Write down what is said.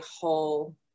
whole